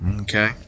Okay